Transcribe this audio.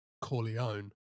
corleone